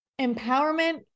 empowerment